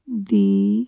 ਦੀ